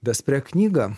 despre knygą